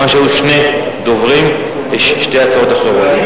מכיוון שהיו שני דוברים, יש שתי הצעות אחרות.